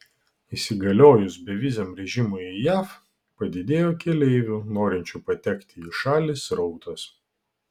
įsigaliojus beviziam režimui į jav padidėjo keleivių norinčių patekti į šalį srautas